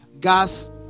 gas